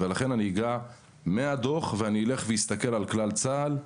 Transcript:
ולכן אגע מהדוח ואלך ואסתכל על כלל צה"ל.